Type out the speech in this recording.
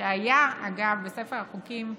שהיה בספר החוקים ושונה,